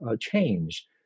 change